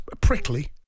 prickly